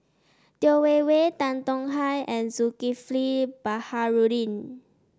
Yeo Wei Wei Tan Tong Hye and Zulkifli Baharudin